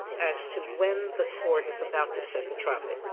as to when the court is about to set the trial date,